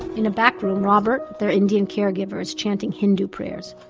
in a back room, robert, their indian caregiver, is chanting hindu prayers.